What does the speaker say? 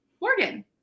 Morgan